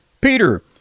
Peter